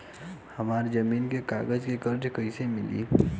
हमरा जमीन के कागज से कर्जा कैसे मिली?